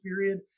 period